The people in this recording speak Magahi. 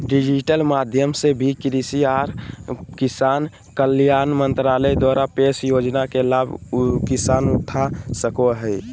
डिजिटल माध्यम से भी कृषि आर किसान कल्याण मंत्रालय द्वारा पेश योजना के लाभ किसान उठा सको हय